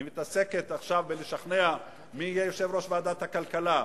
היא מתעסקת עכשיו בלשכנע מי יהיה יושב-ראש ועדת הכלכלה,